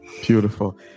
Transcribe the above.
beautiful